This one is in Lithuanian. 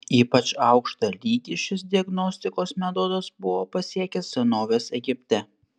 ypač aukštą lygį šis diagnostikos metodas buvo pasiekęs senovės egipte